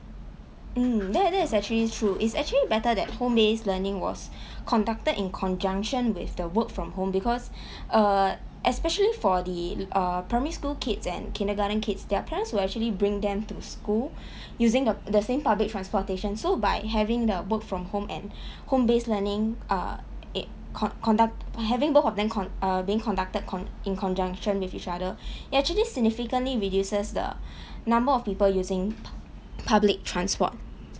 mm that that is actually true it's actually better that home-based learning was conducted in conjunction with the work from home because err especially for the err primary school kids and kindergarten kids their parents will actually bring them to school using the the same public transportation so by having the work from home and home-based learning uh con~ conduct having both of them con~ err being conducted con~ in conjunction with each other actually significantly reduces the number of people using public transport